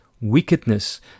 wickedness